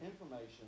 information